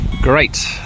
Great